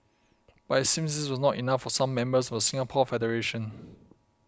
but it seems this was not enough for some members of the Singapore federation